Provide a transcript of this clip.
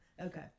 okay